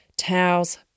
towels